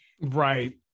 Right